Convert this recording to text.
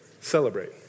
Celebrate